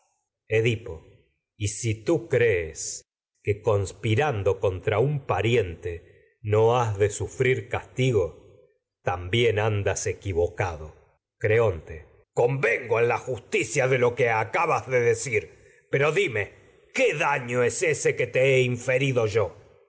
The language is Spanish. edipo y si tú crees que conspirando contra un pariente vocado no has de sufrir castigo también andas equi creonte de convengo dime qué en la justicia de lo que acabas es decir yo pero daño ese que te he inferi do